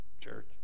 church